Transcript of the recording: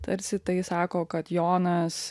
tarsi tai sako kad jonas